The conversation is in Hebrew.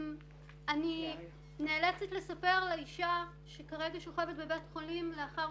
אני נאלצת לספר לאישה שכרגע שוכבת בבית חולים לאחר